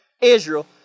Israel